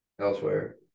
elsewhere